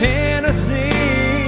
Tennessee